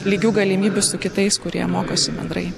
lygių galimybių su kitais kurie mokosi bendrai